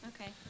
Okay